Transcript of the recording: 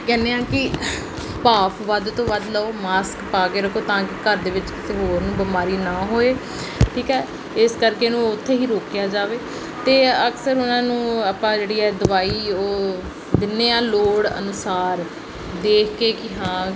ਕਹਿੰਦੇ ਹਾਂ ਕਿ ਭਾਫ ਵੱਧ ਤੋਂ ਵੱਧ ਲਓ ਮਾਸਕ ਪਾ ਕੇ ਰੱਖੋ ਤਾਂ ਕਿ ਘਰ ਦੇ ਵਿੱਚ ਕਿਸੇ ਹੋਰ ਨੂੰ ਬਿਮਾਰੀ ਨਾ ਹੋਏ ਠੀਕ ਹੈ ਇਸ ਕਰਕੇ ਇਹਨੂੰ ਉੱਥੇ ਹੀ ਰੋਕਿਆ ਜਾਵੇ ਅਤੇ ਅਕਸਰ ਉਹਨਾਂ ਨੂੰ ਆਪਾਂ ਜਿਹੜੀ ਹੈ ਦਵਾਈ ਉਹ ਦਿੰਦੇ ਹਾਂ ਲੋੜ ਅਨੁਸਾਰ ਦੇਖ ਕੇ ਕਿ ਹਾਂ